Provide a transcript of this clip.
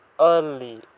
early